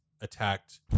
attacked